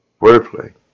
wordplay